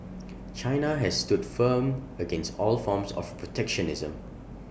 China has stood firm against all forms of protectionism